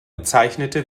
bezeichnete